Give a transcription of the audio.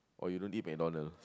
oh you don't eat MacDonald's